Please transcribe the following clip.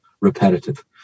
repetitive